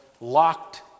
locked